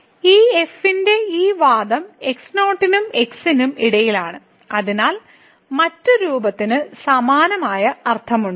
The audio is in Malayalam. ഈ f ന്റെ ഈ വാദം x0 നും x നും ഇടയിലാണ് അതിനാൽ മറ്റ് രൂപത്തിന് സമാനമായ അർത്ഥമുണ്ട്